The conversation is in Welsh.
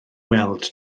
weld